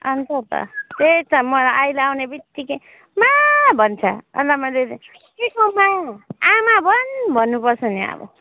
अन्त त त्यही त मलाई अहिले आउनु बितिक्कै माँ भन्छ अन्त मैले केको माँ आमा भन् भन्नुपर्छ नि अब